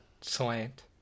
slant